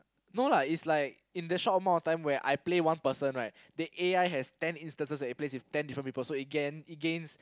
no lah is like in that same amount of time when I play one person right the A_I has ten instances that it play with ten different people so it gain it gains